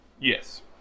Yes